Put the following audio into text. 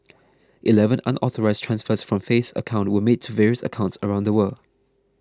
eleven unauthorised transfers from Faith's account were made to various accounts around the world